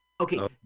Okay